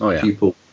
People